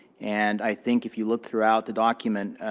and i think, if you look throughout the document,